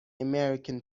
american